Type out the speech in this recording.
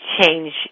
change